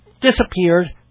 disappeared